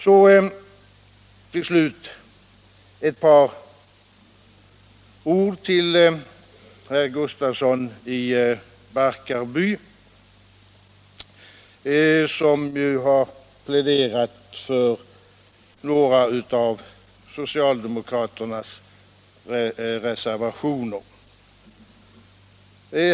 Så till slut några ord till herr Gustafsson i Barkarby, som ju har pläderat för några av socialdemokraternas reservationer.